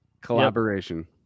collaboration